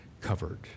covered